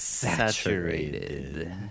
Saturated